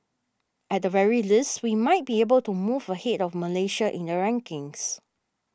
at the very least we might be able to move ahead of Malaysia in the rankings